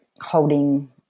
holding